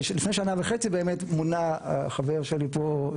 לפני שנה וחצי באמת מונה חבר שלי פה,